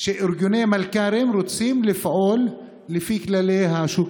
שארגוני מלכ"רים רוצים לפעול לפי כללי השוק